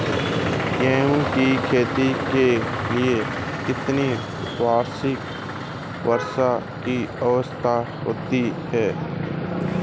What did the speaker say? गेहूँ की खेती के लिए कितनी वार्षिक वर्षा की आवश्यकता होती है?